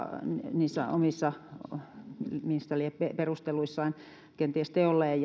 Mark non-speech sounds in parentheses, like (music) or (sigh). niissä omissa missä lie kenties perusteluissaan teolleen (unintelligible)